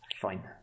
Fine